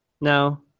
no